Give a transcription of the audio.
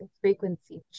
frequency